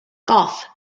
golf